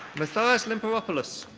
matthaios lymperopoulos.